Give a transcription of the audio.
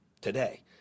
today